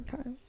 okay